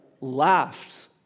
laughed